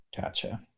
Gotcha